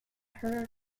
her